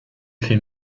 fait